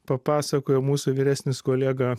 papasakojo mūsų vyresnis kolega